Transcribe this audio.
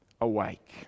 awake